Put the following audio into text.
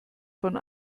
von